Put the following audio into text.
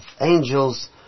angels